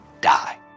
die